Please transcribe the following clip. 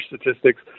Statistics